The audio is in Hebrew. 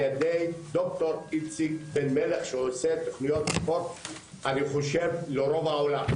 ידי דוקטור איציק בן מלך שעושה תוכניות ספורט לרוב העולם.